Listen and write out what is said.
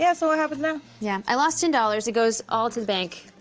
yeah so what happens now? yeah, i lost ten dollars, it goes all to the bank.